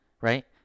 right